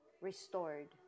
restored